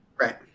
right